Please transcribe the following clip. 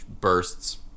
bursts